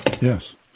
Yes